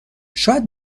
شاید